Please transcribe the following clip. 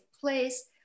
place